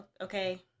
okay